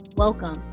Welcome